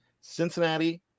Cincinnati